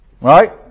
Right